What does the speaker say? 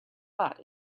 butt